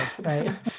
right